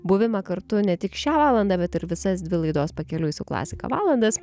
buvimą kartu ne tik šią valandą bet ir visas dvi laidos pakeliui su klasika valandas